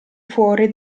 fuori